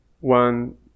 one